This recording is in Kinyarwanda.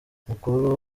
mukuru